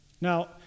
Now